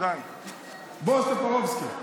בועז טופורובסקי,